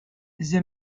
the